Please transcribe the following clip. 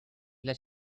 let